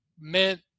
meant